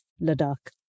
Ladakh